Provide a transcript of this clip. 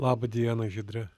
laba diena žydre